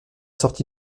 sorti